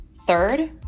Third